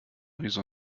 wieso